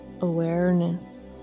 awareness